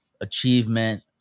achievement